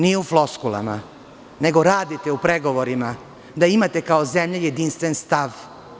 Nije u floskulama, nego radite u pregovorima da imate kao zemlja jedinstven stav.